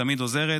תמיד עוזרת,